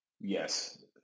Yes